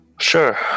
Sure